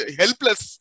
helpless